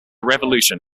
revolution